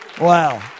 Wow